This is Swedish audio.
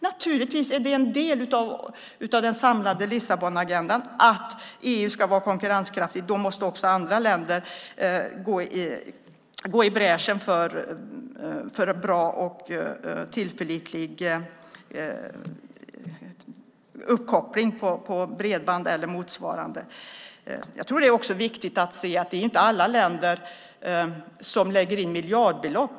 Naturligtvis är det en del av den samlade Lissabonagendan att EU ska vara konkurrenskraftigt. Då måste också andra länder gå i bräschen för en bra och tillförlitlig uppkoppling via bredband eller motsvarande. Jag tror att det också är viktigt att se att det inte är alla länder som lägger in miljardbelopp.